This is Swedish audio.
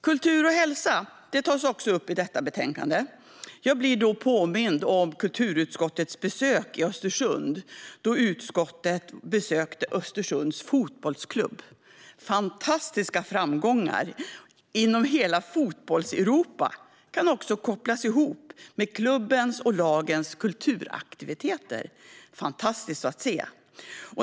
Kultur och hälsa tas också upp i betänkandet. Jag påminner mig då kulturutskottets besök i Östersund och Östersunds Fotbollsklubb. Fantastiska framgångar inom hela Fotbollseuropa kan också kopplas ihop med klubbens och lagens kulturaktiviteter. Det är fantastiskt att se.